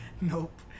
Nope